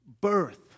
birth